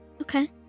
Okay